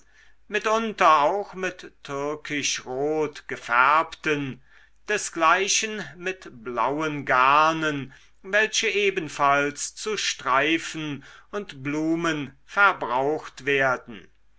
mitunter auch mit türkischrot gefärbten desgleichen mit blauen garnen welche ebenfalls zu streifen und blumen verbraucht werden